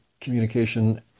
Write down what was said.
communication